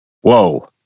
whoa